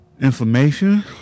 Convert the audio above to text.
information